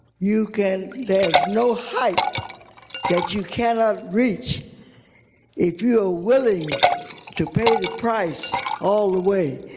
you can there's no height that you cannot reach if you are willing to pay the price all the way.